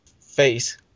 face